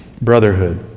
Brotherhood